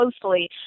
closely